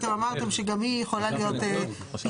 אתם אמרתם שגם היא יכולה להיות פתרון